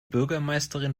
bürgermeisterin